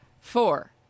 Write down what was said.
Four